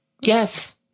Yes